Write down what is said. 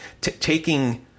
taking